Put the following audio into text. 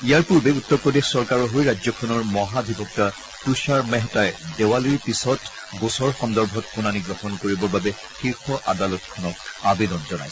ইয়াৰ পূৰ্বে উত্তৰ প্ৰদেশ চৰকাৰৰ হৈ ৰাজ্যখনৰ মহাধিবক্তা তূষাৰ মেহতাই দেৱালীৰ পিছত গোচৰ সন্দৰ্ভত শুনানি গ্ৰহণ কৰিবৰ বাবে শীৰ্ষ আদালতখনক আবেদন জনাইছিল